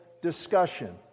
discussion